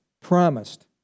promised